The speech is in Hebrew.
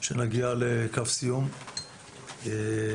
שנגיע לקו סיום להקמה.